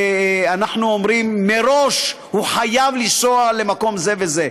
אומרים מראש: הוא חייב לנסוע למקום זה וזה,